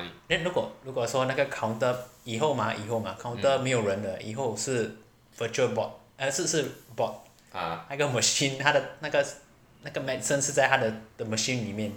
then 如果如果说那个 counter 以后吗以后吗 counter 没有人的以后是 virtual bot err 是是 bot 那个 machine 它的那个 medicine 是在它的 machine 里面